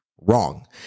Wrong